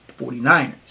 49ers